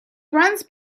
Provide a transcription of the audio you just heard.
runs